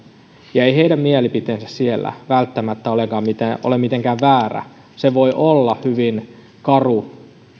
eikä heidän mielipiteensä siellä välttämättä ole mitenkään väärä se voi olla hyvin karu